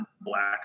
black